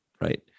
right